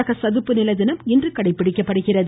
உலக சதுப்பு நில தினம் இன்று கடைபிடிக்கப்படுகிறது